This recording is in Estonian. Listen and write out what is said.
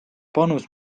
panus